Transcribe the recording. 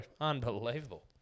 Unbelievable